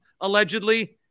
allegedly